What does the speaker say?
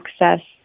access